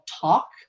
talk